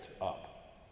up